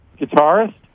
guitarist